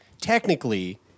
Technically